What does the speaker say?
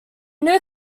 new